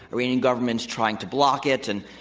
iranian government's trying to block it and,